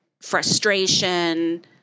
frustration